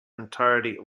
entirety